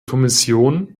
kommission